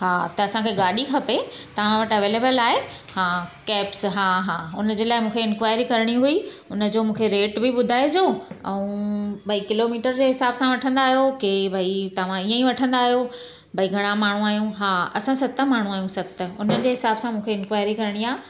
हा त असांखे गाॾी खपे तव्हां वटि अवेलेबल आहे हा कैब्स हा हा हुनजे लाइ मूंखे इंक्वायरी करणी हुई उनजो मूंखे रेट बि ॿुधाइजो ऐं भई किलोमीटर जे हिसाब सां वठंदा आहियो के भई तव्हां इएं ई वठंदा आहियो भई घणा माण्हू आहियूं हा असां सत माण्हू आहियूं सत उनजे हिसाब सां मूंखे इंक्वायरी करणी आहे